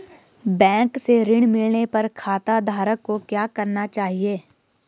Bank से ऋण मिलने पर खाताधारक को क्या करना चाहिए?